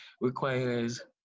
requires